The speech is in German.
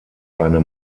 eine